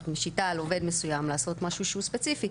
את משיתה על עובד מסוים לעשות משהו שהוא ספציפי.